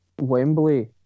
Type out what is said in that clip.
Wembley